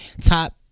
top